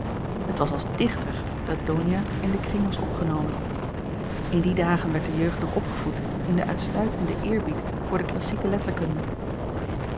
het was als dichter dat donia in den kring was opgenomen in die dagen werd de jeugd nog opgevoed in den uitsluitenden eerbied voor de klassieke letterkunde